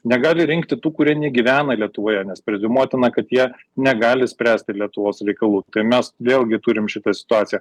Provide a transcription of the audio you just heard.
negali rinkti tų kurie negyvena lietuvoje nes preziumuotina kad jie negali spręsti lietuvos reikalų tai mes vėlgi turime šitą situaciją